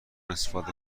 استفاده